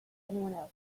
anyone